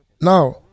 Now